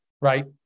right